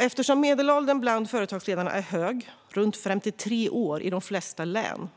Eftersom medelåldern bland företagsledarna är hög, runt 53 år i de flesta län,